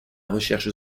recherche